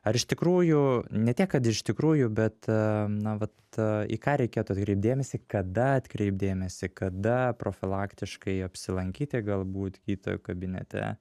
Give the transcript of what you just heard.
ar iš tikrųjų ne tiek kad iš tikrųjų bet na vat į ką reikėtų atkreipt dėmesį kada atkreipt dėmesį kada profilaktiškai apsilankyti galbūt gydytojo kabinete